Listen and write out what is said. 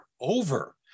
over